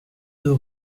deux